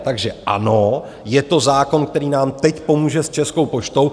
Takže ano, je to zákon, který nám teď pomůže s Českou poštou.